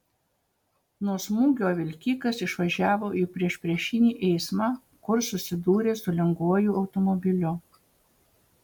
nuo smūgio vilkikas išvažiavo į priešpriešinį eismą kur susidūrė su lengvuoju automobiliu